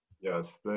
Yes